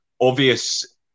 obvious